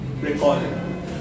recording